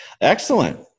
Excellent